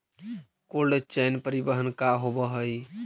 Cold chain परिवहन का होव हइ?